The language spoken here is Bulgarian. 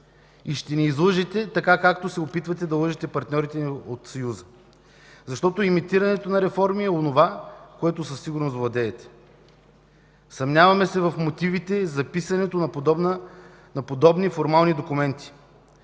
и ще ни излъжете, така както се опитвате да лъжете и партньорите ни от Съюза защото имитирането на реформи е онова, което със сигурност владеете. Съмняваме се в мотивите за писането на подобни формални документи,